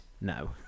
no